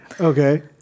Okay